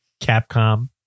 Capcom